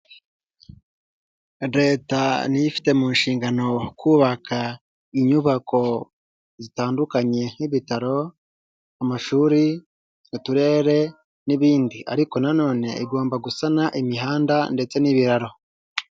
Leta ni yo ifite mu nshingano kubaka inyubako zitandukanye nk'ibitaro, amashuri, uturere n'ibindi ariko na none, igomba gusana imihanda ndetse n'ibiraro.